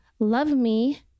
loveme